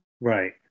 Right